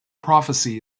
prophecy